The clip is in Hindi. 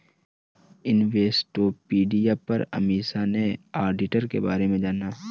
इन्वेस्टोपीडिया पर अमीषा ने ऑडिटर के बारे में जाना